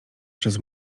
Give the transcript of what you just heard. przez